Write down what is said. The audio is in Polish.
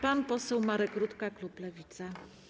Pan poseł Marek Rutka, klub Lewicy.